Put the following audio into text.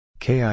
KI